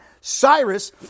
Cyrus